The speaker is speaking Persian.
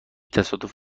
تصادف